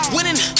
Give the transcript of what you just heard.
Winning